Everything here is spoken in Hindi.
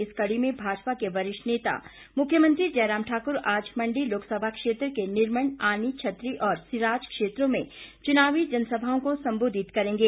इस कड़ी में भाजपा के वरिष्ठ नेता मुख्यमंत्री जयराम ठाकुर आज मंडी लोकसभा क्षेत्र के निरमंड आनी छतरी और सिराज क्षेत्रों में चुनावी जनसभाओं को सम्बोधित करेंगे